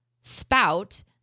spout